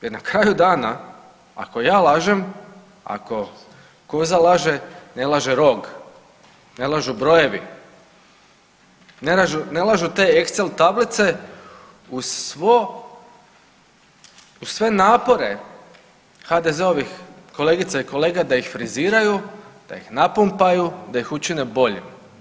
Jer na kraju dana ako ja lažem, ako koza laže, ne laže rog, ne lažu brojevi, ne lažu te excel tablice uz sve napore HDZ-ovih kolegica i kolega da ih friziraju, da ih napumpaju, da ih učine boljim.